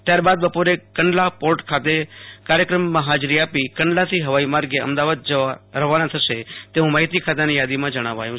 ત્યાર બાદ બપોરે કંડલા પોર્ટ ખાતે કાર્યક્રમમાં હાજરી આપી કંડલાથી હવાઇ માર્ગે અમદાવાદ જવા રવાના થશે તેવું માહિતી ખાતાંની યાદીમાં જણાવાયું છે